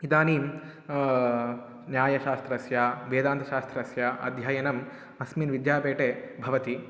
इदानीं न्यायशास्त्रस्य वेदान्तशास्त्रस्य अध्ययनम् अस्मिन् विद्यापीठे भवति